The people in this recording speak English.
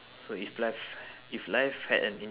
so if life if life had an in~